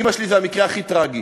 אימא שלי היא המקרה הכי טרגי.